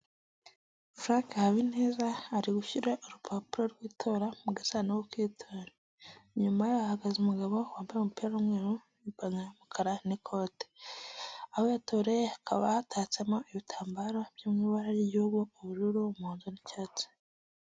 Frank Habineza ari gushyira urupapuro rw'itora mu gasanduku k'itora. Inyuma ye hahagaze umugabo wambaye umupira w'umweru, n'ipantaro y'umukara n'ikote. Aho yatoreye hakaba hatatsemo ibitambaro byo mu ibara ry'ubururu, umuhondo n'icyatsi